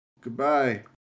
Goodbye